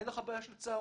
אין לך בעיה של צהרונים.